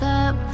up